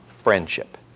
friendship